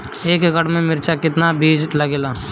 एक एकड़ में मिर्चा का कितना बीज लागेला?